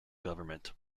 government